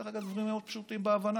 דרך אגב, הדברים מאוד פשוטים להבנה.